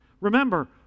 Remember